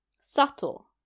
subtle